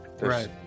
Right